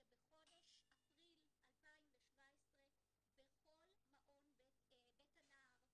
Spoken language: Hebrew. בחודש אפריל 2017 בכל מעון 'בית הנער',